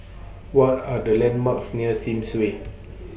What Are The landmarks near Sims Way